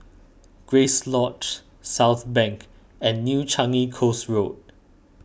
Grace Lodge Southbank and New Changi Coast Road